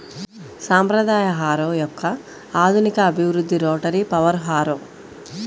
సాంప్రదాయ హారో యొక్క ఆధునిక అభివృద్ధి రోటరీ పవర్ హారో